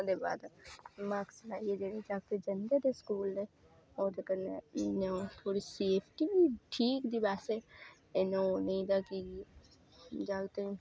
ते ओह्दे बाद मास्क लाइयै जागत जंदे रेह् स्कूल ते ओह्दे कन्नै थोह्ड़ी सेफ्टी बी ठीक थी वैसे ते नेईं तां भी जागतें